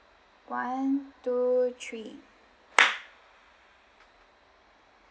one two three